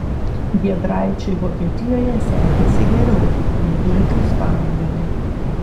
giedraičiui vokietijoje sekėsi geriau nei dulkiui ispanijoje